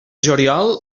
juliol